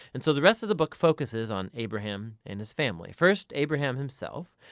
and so the rest of the book focuses on abraham and his family. first abraham himself,